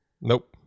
Nope